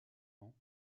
ans